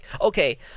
okay